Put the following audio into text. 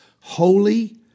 holy